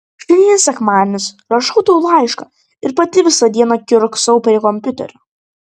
šiandien sekmadienis rašau tau laišką ir pati visą dieną kiurksau prie kompiuterio